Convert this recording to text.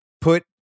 put